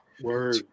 Word